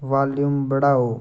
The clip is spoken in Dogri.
वाल्यूम बढ़ाओ